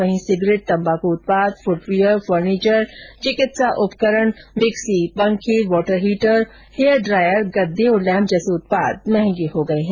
वहीं सिगरेट तंबाकू उत्पाद फूटवियर फर्नीचर चिकित्सा उपकरण मिक्सी पंखे वाटर हीटर हेयर ड्रायर गददे और लैम्प जैसे उत्पाद मंहगें हो गए है